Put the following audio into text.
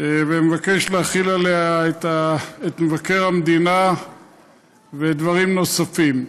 ומבקש להחיל עליה את חוק מבקר המדינה ודברים נוספים.